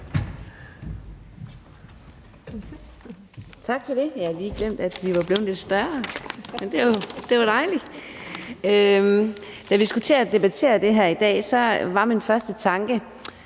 Tak for det. Jeg havde lige glemt, at vi var blevet lidt større, men det er jo dejligt. Da jeg hørte, vi skulle debattere det her i dag, var min første tanke,